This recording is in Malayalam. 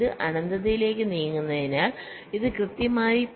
ഇത് അനന്തതയിലേക്ക് നീങ്ങുന്നതിനാൽ ഇത് കൃത്യമായി 0